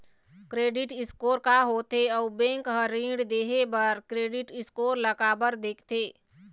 Credit score का होथे अउ बैंक हर ऋण देहे बार क्रेडिट स्कोर ला काबर देखते?